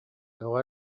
тоҕо